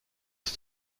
est